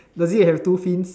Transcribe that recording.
does it have two fins